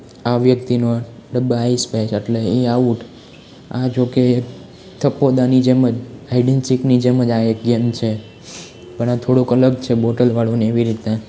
આ વ્યક્તિનો ડબ્બા આઈસ પાઈસ એટલે એ આઉટ આ જોકે થપ્પો દાવની જેમજ હાઇડેન્સીકની જેમજ આ એક ગેમ છે પણ આ થોળુક અલગ છે બોટલવાળું અને એવી રીતે